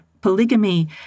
polygamy